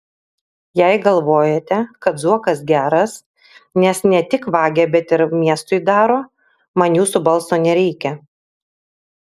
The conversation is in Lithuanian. jei galvojate kad zuokas geras nes ne tik vagia bet ir miestui daro man jūsų balso nereikia